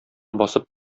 басып